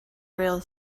rail